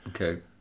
okay